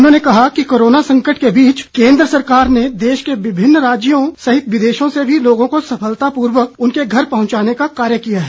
उन्होंने कहा कि कोरोना संकट के बीच सरकार ने देश के विभिन्न राज्यों सहित विदेशों से भी लोगों को सफलतापूर्यक उनके घर पहुंचाने का कार्य किया है